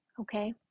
Okay